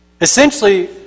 Essentially